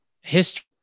history